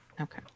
Okay